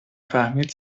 فهمید